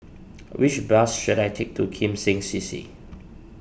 which bus should I take to Kim Seng C C